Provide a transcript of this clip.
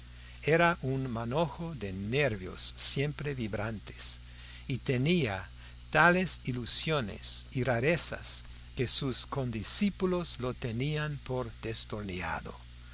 era un manojo de nervios siempre vibrantes y tenía tales ilusiones y rarezas que sus condiscípulos lo tenían por